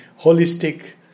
holistic